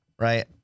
Right